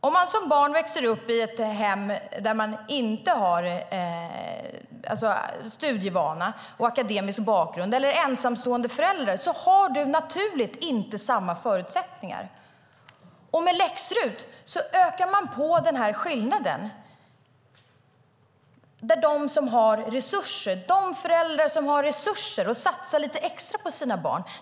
Om man som barn växer upp i ett hem utan studievana och akademisk bakgrund eller med en ensamstående förälder har man naturligt inte samma förutsättningar. Med läx-RUT ökas denna skillnad jämfört med de föräldrar som har resurser och satsar lite extra på sina barn.